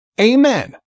Amen